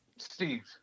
Steve